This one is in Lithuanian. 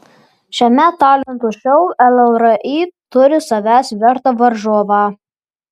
šiame talentų šou llri turi savęs vertą varžovą